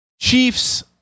Chiefs